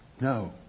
No